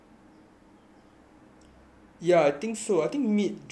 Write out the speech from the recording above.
ya I think so I think mid june maybe around there